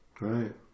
Right